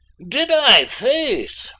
did i, faith?